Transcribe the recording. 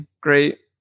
great